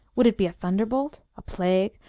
would it be a thunderbolt, a plague,